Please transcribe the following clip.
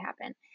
happen